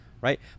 right